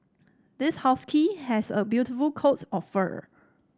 this husky has a beautiful coat of fur